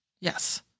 Yes